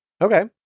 Okay